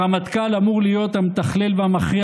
הרמטכ"ל אמור להיות המתכלל והמכריע